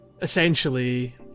essentially